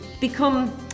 become